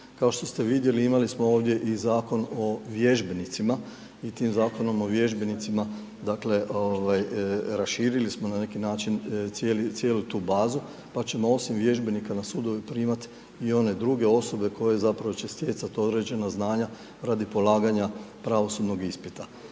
Kao što ste vidjeli, imali smo ovdje i Zakon o vježbenicima i tim Zakonom o vježbenicima dakle raširili smo na neki način cijelu tu bazu pa ćemo osim vježbenika na sudove primat i one druge osobe koje zapravo će stjecat određena znanja radi polaganja pravosudnog ispita